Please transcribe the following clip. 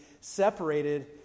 separated